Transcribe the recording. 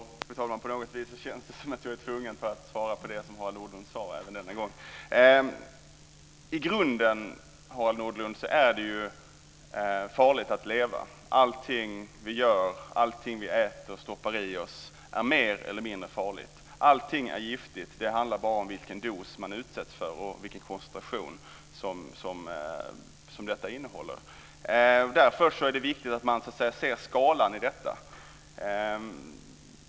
Fru talman! På något vis känns det som att jag är tvungen att bemöta det som Harald Nordlund sade även denna gång. I grunden, Harald Nordlund, är det farligt att leva. Allting vi gör och allting vi äter och stoppar i oss är mer eller mindre farligt. Allting är giftigt. Det handlar bara om vilken dos man utsätts för och vilken koncentration det är. Därför är det viktigt att man ser skalan i detta.